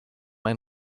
ein